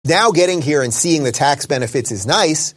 עכשיו להגיע לכאן ולראות את הטבות המס זה יפה